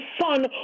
son